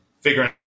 figuring